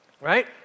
right